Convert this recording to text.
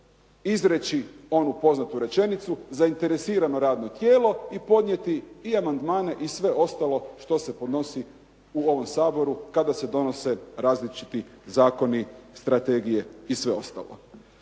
izreći onu poznatu rečenicu "zainteresirano radno tijelo" i podnijeti i amandmane i sve ostalo što se podnosi u ovom Saboru kada se donose različiti zakoni, strategije i sve ostalo.